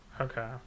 Okay